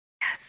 yes